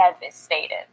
devastated